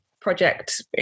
project